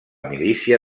milícia